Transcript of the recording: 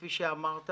כפי שאמרת,